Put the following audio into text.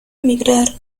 emigrar